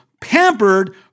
pampered